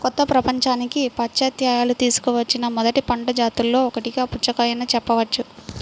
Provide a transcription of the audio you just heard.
కొత్త ప్రపంచానికి పాశ్చాత్యులు తీసుకువచ్చిన మొదటి పంట జాతులలో ఒకటిగా పుచ్చకాయను చెప్పవచ్చు